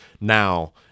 now